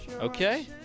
okay